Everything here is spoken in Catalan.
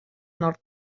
nord